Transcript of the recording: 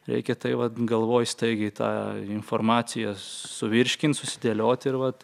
reikia tai vat galvoj staigiai tą informaciją suvirškint susidėliot ir vat